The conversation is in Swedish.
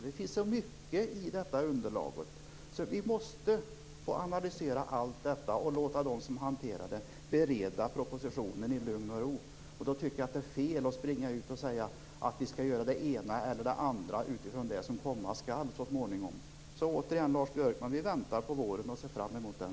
Det finns så mycket i detta underlag att vi måste få analysera allt och låta dem som hanterar det bereda propositionen i lugn och ro. Då vore det fel att springa ut och säga att vi skall göra det ena eller det andra utifrån det som så småningom skall komma. Återigen, Lars Björkman: vi väntar på våren och ser fram mot den.